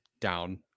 down